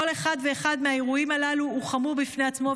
כל אחד ואחד מהאירועים הללו חמור בפני עצמו,